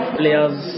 players